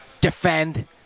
defend